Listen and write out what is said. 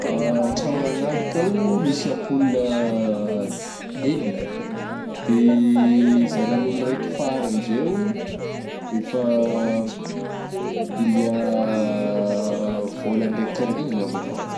An-tragno agna kao misy ampola ah enina, de zah nagnolo raiky faragny zay o, efa il y a vôlan-draiky karaha an'igny ngambany.